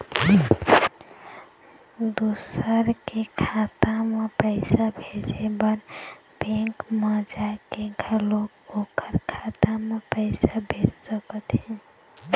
दूसर के खाता म पइसा भेजे बर बेंक म जाके घलोक ओखर खाता म पइसा भेज सकत हे